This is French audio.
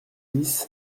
dix